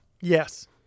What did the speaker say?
Yes